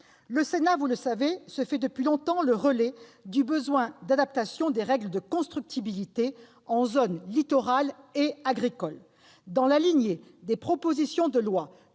Le Sénat, vous le savez, se fait depuis longtemps le relais du besoin d'adaptation des règles de constructibilité en zones littorale et agricole. Dans la lignée de la proposition de loi